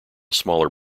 smaller